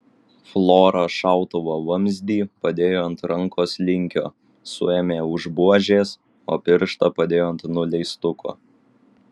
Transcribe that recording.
flora šautuvo vamzdį padėjo ant rankos linkio suėmė už buožės o pirštą padėjo ant nuleistuko